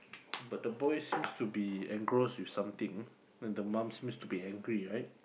but the boy seems to be engross with something and the mom seems to be angry right